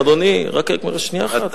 אדוני, רק שנייה אחת.